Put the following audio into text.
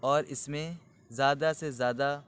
اور اس میں زیادہ سے زیادہ